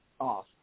off